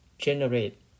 generate